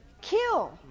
Kill